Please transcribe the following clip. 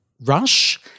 Rush